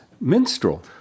Minstrel